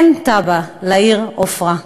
אין תב"ע לעיר עפרה.